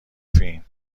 فین